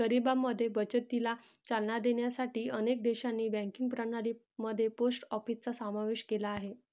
गरिबांमध्ये बचतीला चालना देण्यासाठी अनेक देशांनी बँकिंग प्रणाली मध्ये पोस्ट ऑफिसचा समावेश केला आहे